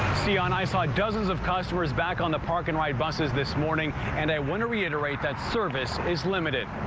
the on eyesight dozens of customers back on the park and ride buses this morning and i want to reiterate that service is limited.